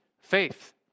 faith